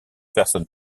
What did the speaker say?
personnes